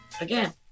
again